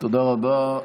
תודה רבה.